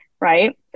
right